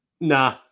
Nah